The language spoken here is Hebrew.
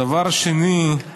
הדבר השני,